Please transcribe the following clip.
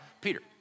Peter